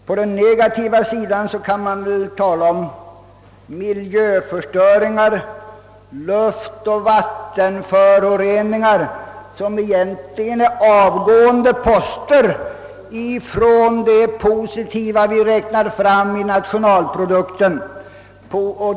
På den negativa sidan kan man nämna miljöförstöringar, luftoch vattenföroreningar, som egentligen är avgående poster från det positiva vi räknar fram i nationalprodukten.